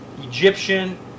Egyptian